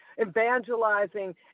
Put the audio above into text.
evangelizing